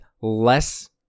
less